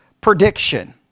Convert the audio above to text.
prediction